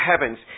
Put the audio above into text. heavens